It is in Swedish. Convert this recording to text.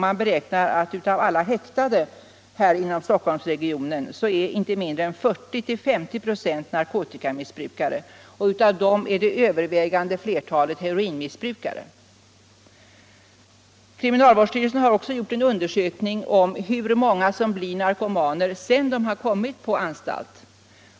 Man beräknar att av alla häktade i regionen är inte mindre än 40-50 26 narkotikamissbrukare, och av dem är det övervägande flertalet heroinmissbrukare. Kriminalvårdsstyrelsen har också gjort en undersökning om hur många som blir narkomaner efter det att de har kommit in på anstalt.